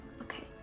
Okay